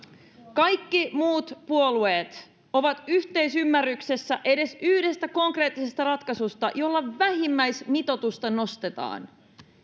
kaikki muut puolueet ovat yhteisymmärryksessä edes yhdestä konkreettisesta ratkaisusta jolla vähimmäismitoitusta nostetaan